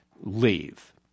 Leave